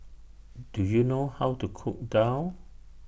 Do YOU know How to Cook Daal